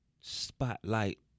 spotlight